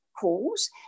calls